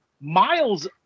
Miles